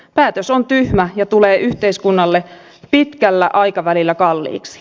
päätös on tyhmä ja tulee yhteiskunnalle pitkällä aikavälillä kalliiksi